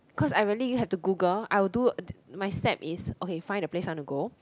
cause I really have to Google I'll do my step is okay find the place I want to go